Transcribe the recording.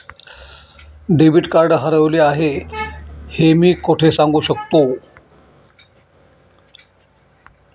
Debit card हरवले आहे हे मी कोठे सांगू शकतो?